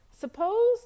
Suppose